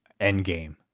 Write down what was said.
Endgame